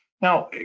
Now